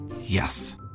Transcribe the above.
Yes